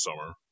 summer